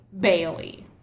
Bailey